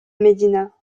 médina